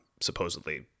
supposedly